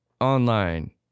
online